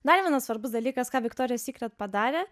dar vienas svarbus dalykas ką viktorija sykret padarė